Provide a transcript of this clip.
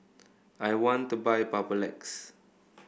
I want to buy Papulex